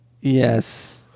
yes